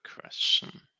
question